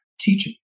teaching